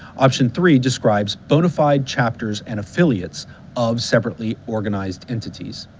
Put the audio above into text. option three describes bona fide chapters and affiliates of separately organized entities.